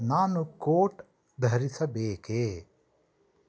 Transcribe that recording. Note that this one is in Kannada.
ನಾನು ಕೋಟ್ ಧರಿಸಬೇಕೇ